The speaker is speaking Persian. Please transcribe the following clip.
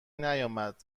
نیامد